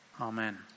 Amen